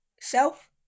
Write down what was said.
Self